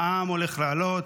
המע"מ הולך לעלות,